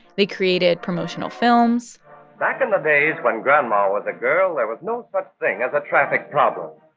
they created promotional films back in the days when grandma was a girl, there was no such thing as a traffic problem.